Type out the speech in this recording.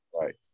Right